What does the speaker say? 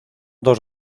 dos